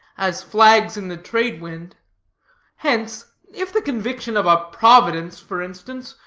as flags in the trade-wind hence, if the conviction of a providence, for instance,